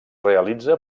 realitza